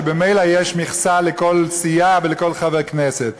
שממילא יש מכסה לכל סיעה ולכל חבר כנסת,